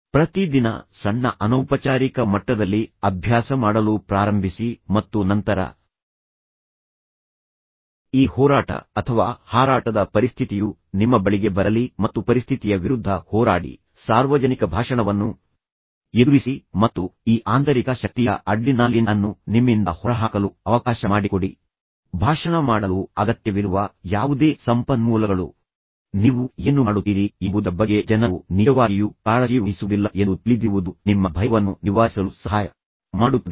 ಪ್ರತಿ ದಿನ ಸಣ್ಣ ಅನೌಪಚಾರಿಕ ಮಟ್ಟದಲ್ಲಿ ಅಭ್ಯಾಸ ಮಾಡಲು ಪ್ರಾರಂಭಿಸಿ ಮತ್ತು ನಂತರ ಈ ಹೋರಾಟ ಅಥವಾ ಹಾರಾಟದ ಪರಿಸ್ಥಿತಿಯು ನಿಮ್ಮ ಬಳಿಗೆ ಬರಲಿ ಮತ್ತು ಪರಿಸ್ಥಿತಿಯ ವಿರುದ್ಧ ಹೋರಾಡಿ ಸಾರ್ವಜನಿಕ ಭಾಷಣವನ್ನು ಎದುರಿಸಿ ಮತ್ತು ಈ ಆಂತರಿಕ ಶಕ್ತಿಯ ಅಡ್ರಿನಾಲಿನ್ ಅನ್ನು ನಿಮ್ಮಿಂದ ಹೊರಹಾಕಲು ಅವಕಾಶ ಮಾಡಿಕೊಡಿ ಭಾಷಣ ಮಾಡಲು ಅಗತ್ಯವಿರುವ ಯಾವುದೇ ಸಂಪನ್ಮೂಲಗಳು ನೀವು ಏನು ಮಾಡುತ್ತೀರಿ ಎಂಬುದರ ಬಗ್ಗೆ ಜನರು ನಿಜವಾಗಿಯೂ ಕಾಳಜಿ ವಹಿಸುವುದಿಲ್ಲ ಎಂದು ತಿಳಿದಿರುವುದು ನಿಮ್ಮ ಭಯವನ್ನು ನಿವಾರಿಸಲು ಸಹಾಯ ಮಾಡುತ್ತದೆ